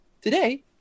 Today